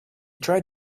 tried